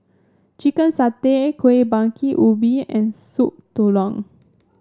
Chicken Satay Kuih Bingka Ubi and Soup Tulang